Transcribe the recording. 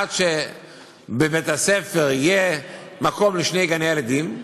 עד שבבית-הספר יהיה מקום לשני גני-הילדים.